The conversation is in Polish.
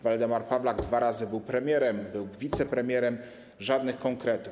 Waldemar Pawlak dwa razy był premierem, był wicepremierem - żadnych konkretów.